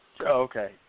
Okay